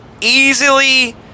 easily